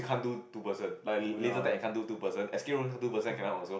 oh ya